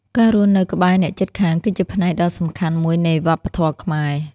ការរស់នៅក្បែរអ្នកជិតខាងគឺជាផ្នែកដ៏សំខាន់មួយនៃវប្បធម៌ខ្មែរ។